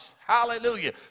hallelujah